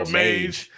mage